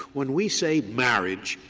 when we say marriage,